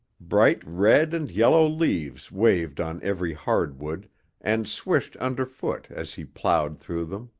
bright red and yellow leaves waved on every hardwood and swished underfoot as he plowed through them.